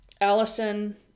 allison